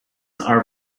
are